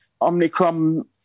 Omnicrom